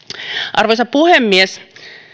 arvoisa puhemies